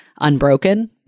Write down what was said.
unbroken